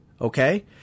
okay